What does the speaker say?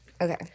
Okay